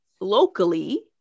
locally